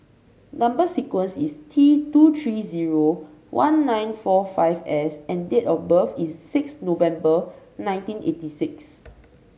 number sequence is T two three zero one nine four five S and date of birth is six November nineteen eighty six